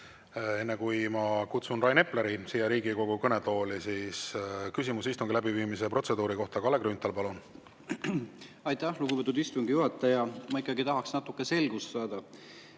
Enne, kui ma kutsun Rain Epleri siia Riigikogu kõnetooli, küsimus istungi läbiviimise protseduuri kohta. Kalle Grünthal, palun! Aitäh, lugupeetud istungi juhataja! Ma tahaks natuke selgust saada.